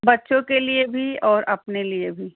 बच्चों के लिए भी और अपने लिए भी